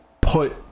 put